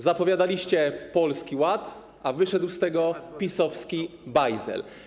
Zapowiadaliście Polski Ład, a wyszedł z tego PiS-owski bajzel.